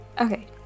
Okay